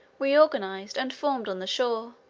reorganized and formed on the shore,